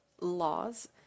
laws